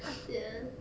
ya